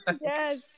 yes